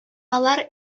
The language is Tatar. алар